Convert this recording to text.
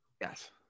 Yes